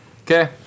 Okay